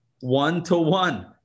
one-to-one